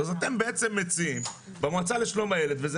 אז אתם בעצם מציעים במועצה לשלום הילד וזה